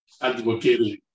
advocating